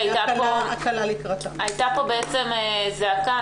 הייתה פה זעקה.